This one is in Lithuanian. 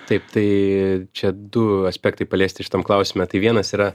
taip tai čia du aspektai paliesti šitam klausime tai vienas yra